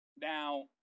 Now